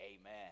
Amen